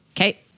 Okay